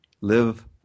Live